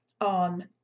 on